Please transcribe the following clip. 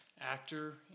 actor